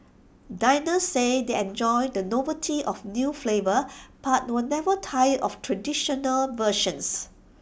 diners say they enjoy the novelty of new flavours but will never tire of traditional versions